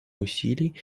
усилий